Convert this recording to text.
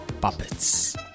Puppets